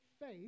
faith